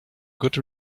good